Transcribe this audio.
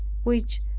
which,